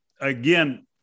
again